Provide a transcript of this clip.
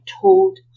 told